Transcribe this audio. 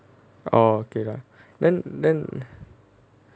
orh okay lah then then